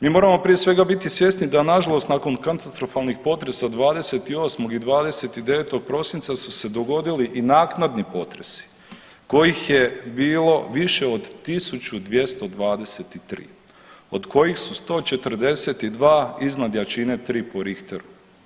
Mi moramo prije svega biti svjesni da nažalost nakon katastrofalnih potresa 28. i 29. prosinca su se dogodili i naknadni potresi kojih je bilo više od 1223 od kojih su 142 iznad jačine 3 po Richteru.